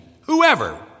Whoever